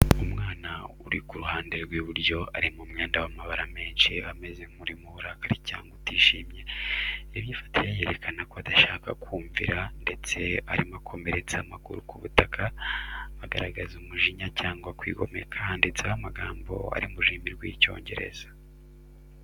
Umwana uri ku ruhande rw'iburyo ari mu mwenda w'amabara menshi ameze nk’uri mu burakari cyangwa utishimye. Imyifatire ye yerekana ko adashaka kumvira ndetse arimo akomeretsa amaguru ku butaka, agaragaza umujinya cyangwa kwigomeka. Handitseho amagambo ari mu rurimi rw'icyongereza.